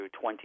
20